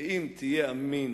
אם תהיה אמין